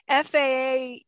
FAA